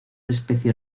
especie